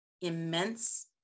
immense